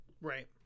Right